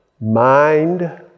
mind